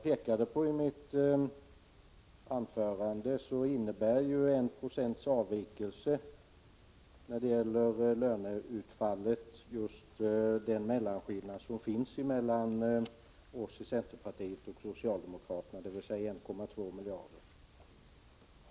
I mitt anförande pekade jag på att 1 90 avvikelse beträffande löneutfallet är lika stor som mellanskillnaden mellan oss i centerpartiet och socialdemokraterna, dvs. 1,2 miljarder.